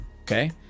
Okay